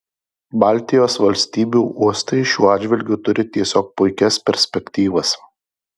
baltijos valstybių uostai šiuo atžvilgiu turi tiesiog puikias perspektyvas